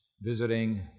visiting